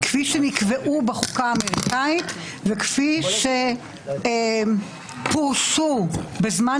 כפי שנקבעו בחוקה האמריקאית וכפי שפורשו בזמן